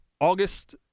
August